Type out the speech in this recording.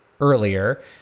earlier